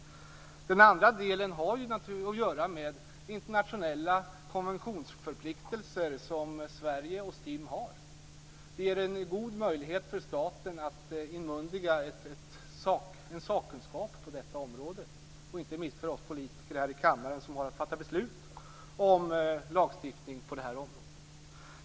Det andra kriteriet har att göra med de internationella konventionsförpliktelser som Sverige och STIM har. Staten får en god möjlighet att skaffa sig en sakkunskap på detta område. Det gäller inte minst för oss politiker som här i kammaren har att fatta beslut om lagstiftning på det här området.